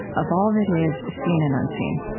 of all that is, seen and unseen